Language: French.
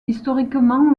historiquement